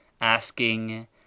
asking